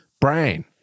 brain